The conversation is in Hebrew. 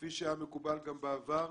כפי שהיה מקובל גם בעבר,